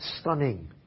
stunning